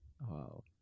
wow